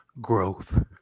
growth